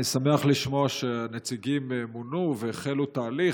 אני שמח לשמוע שהנציגים מונו והחלו תהליך.